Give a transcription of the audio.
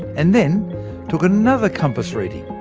and then took another compass reading.